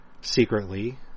secretly